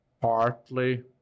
partly